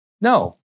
No